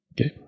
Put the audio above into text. okay